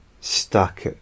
stuck